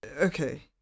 Okay